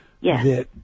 Yes